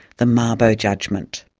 the mabo judgment.